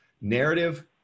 narrative